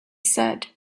said